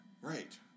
Right